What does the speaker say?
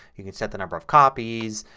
you can set the number of copies.